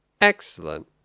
Excellent